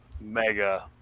Mega